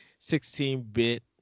16-bit